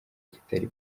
kitari